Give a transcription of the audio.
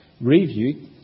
review